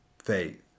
faith